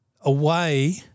away